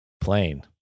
plane